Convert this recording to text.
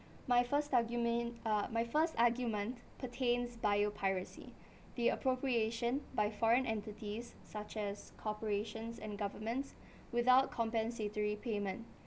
my first argument uh my first argument pertains biopiracy the appropriation by foreign entities such as corporations and governments without compensatory payment